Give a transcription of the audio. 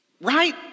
right